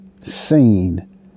seen